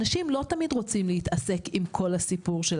אנשים לא תמיד רוצים להתעסק על כל הסיפור.